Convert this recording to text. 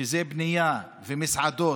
שזה בנייה ומסעדות,